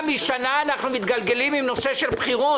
משנה אנחנו מתגלגלים עם נושא של בחירות,